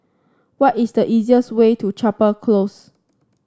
what is the easiest way to Chapel Close